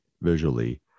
visually